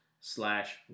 slash